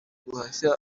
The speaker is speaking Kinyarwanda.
guhashya